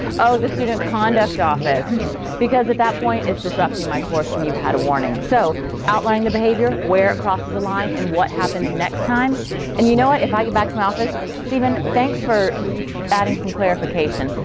oh the student conduct office because at that point it's disrupting my course and you've had a warning, so outline the behavior, where it crosses the line, and what happens next time and you know what if i get back to my office stephen thanks for adding some clarification.